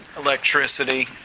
electricity